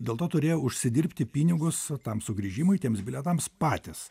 dėl to turėjo užsidirbti pinigus tam sugrįžimui tiems bilietams patys